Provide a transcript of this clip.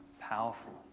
powerful